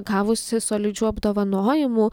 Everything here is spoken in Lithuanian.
gavusi solidžių apdovanojimų